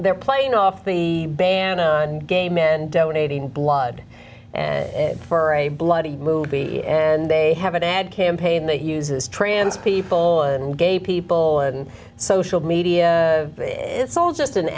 they're playing off the ban on gay men donating blood for a bloody movie and they have an ad campaign that uses trans people and gay people and social media it's all just an